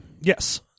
Yes